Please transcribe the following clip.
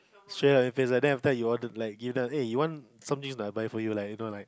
sure if is like that every time you want to play give them eh you want some news or not I buy for you like you know like